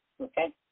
Okay